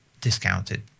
discounted